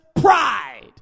pride